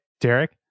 Derek